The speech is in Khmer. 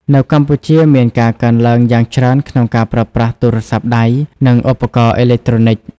នៅកម្ពុជា មានការកើនឡើងយ៉ាងច្រើនក្នុងការប្រើប្រាស់ទូរស័ព្ទដៃ និងឧបករណ៍អេឡិចត្រូនិច។